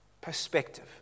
perspective